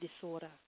disorder